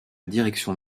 direction